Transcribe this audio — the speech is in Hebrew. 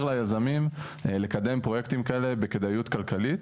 ליזמים לקדם פרויקטים כאלה בכדאיות כלכלית.